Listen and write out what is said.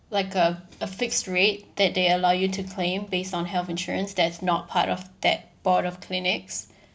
like a a fixed rate that they allow you to claim based on health insurance that's not part of that board of clinics